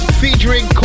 featuring